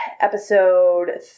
episode